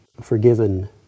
forgiven